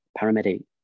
paramedic